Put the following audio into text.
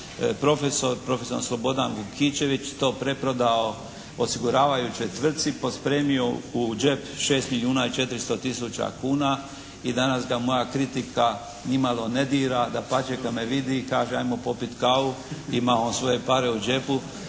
profesor, profesor Slobodan Vukićević to preprodao osiguravajućoj tvrtci, pospremio u džep 6 milijuna i 400 000 kuna i danas ga moja kritika ni malo ne dira. Dapače, kad me vidi kaže hajmo popiti kavu, ima on svoje pare u džepu,